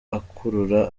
akurura